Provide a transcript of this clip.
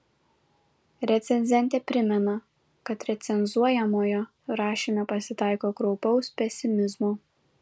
recenzentė primena kad recenzuojamojo rašyme pasitaiko kraupaus pesimizmo